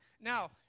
Now